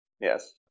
Yes